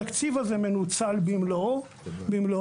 התקציב הזה מנוצל במלואו.